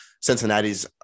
Cincinnati's